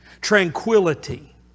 Tranquility